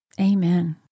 Amen